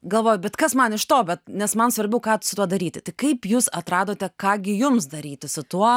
galvoja bet kas man iš to bet nes man svarbu kad su tuo daryti kaip jūs atradote ką gi jums daryti su tuo